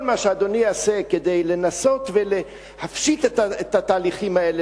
כל מה שאדוני יעשה כדי לנסות ולפשט את התהליכים האלה,